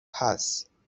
پسببینیم